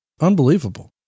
Unbelievable